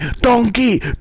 donkey